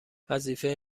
وظیفه